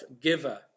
giver